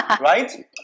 Right